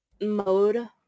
mode